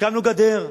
הקמנו גדר,